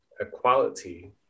equality